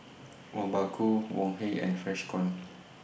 Obaku Wok Hey and Freshkon